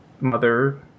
mother